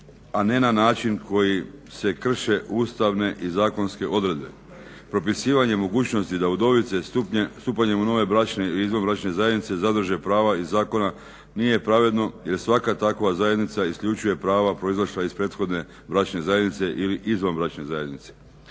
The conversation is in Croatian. a ne na način koji se krše ustavne i zakonske odredbe. Propisivanje mogućnosti da udovice stupanjem u nove bračne i izvanbračne zajednice zadrže prava iz zakona nije pravedno jer svaka takva zajednica isključuje prava proizašla iz prethodne bračne zajednice ili izvanbračne zajednice.